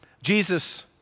Jesus